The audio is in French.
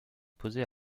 posées